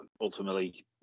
ultimately